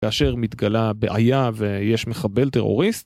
כאשר מתגלה בעיה ויש מחבל טרוריסט